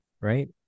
right